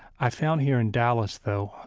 i found here in dallas, though,